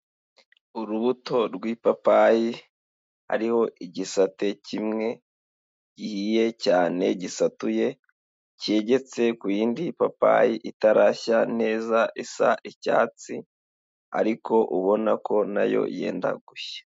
Urubuto rw'ipapayi, hariho igisate kimwe gihiye cyane gisatuye cyegetse ku yindi papayi itarashya neza isa icyatsi ariko ubona ko na yo yenda gushya.